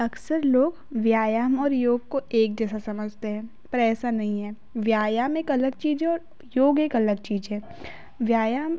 अक्सर लोग व्यायाम और योग को एक जैसा समझते हैं पर ऐसा नहीं है व्यायाम एक अलग चीज है और योग एक अलग चीज है व्यायाम